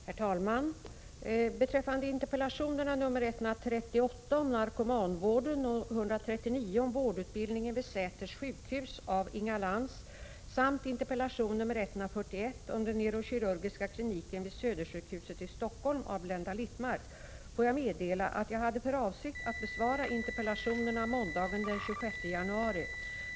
Herr talman! Beträffande interpellationerna 138 om narkomanvården och 139 om vårdutbildningen vid Säters sjukhus av Inga Lantz samt interpellation 141 om den neurokirurgiska kliniken vid Södersjukhuset i Stockholm av Blenda Littmarck får jag meddela att jag hade för avsikt att besvara interpellationerna måndagen den 26 januari.